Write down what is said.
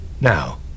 Now